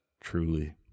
truly